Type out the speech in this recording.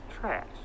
trash